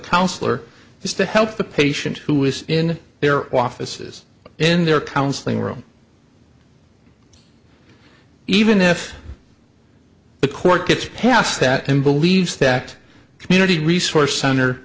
counselor is to help the patient who is in their offices in their counseling room even if the court gets past that and believes that community resource cent